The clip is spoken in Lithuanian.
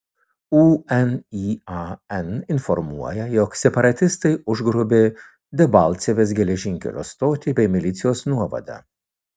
unian informuoja jog separatistai užgrobė debalcevės geležinkelio stotį bei milicijos nuovadą